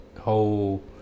whole